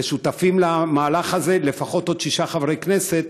שותפים למהלך הזה לפחות עוד שישה חברי כנסת,